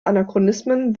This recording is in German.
anachronismen